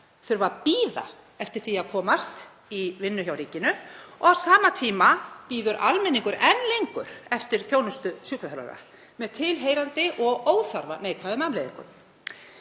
þurfi að bíða eftir því að komast í vinnu hjá ríkinu og á sama tíma bíður almenningur enn lengur eftir þjónustu sjúkraþjálfara með tilheyrandi og óþarfa neikvæðum afleiðingum.